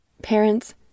Parents